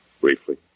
briefly